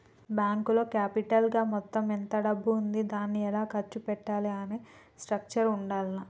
బ్యేంకులో క్యాపిటల్ గా మొత్తం ఎంత డబ్బు ఉంది దాన్ని ఎలా ఖర్చు పెట్టాలి అనే స్ట్రక్చర్ ఉండాల్ల